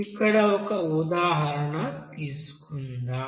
ఇక్కడ ఒక ఉదాహరణ తీసుకుందాం